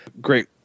Great